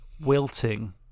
wilting